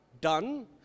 done